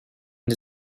the